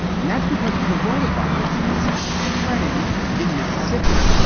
and that's because corona virus is spreading in mississippi.